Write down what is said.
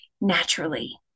naturally